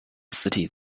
实体